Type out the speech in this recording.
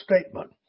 statement